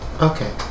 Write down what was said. Okay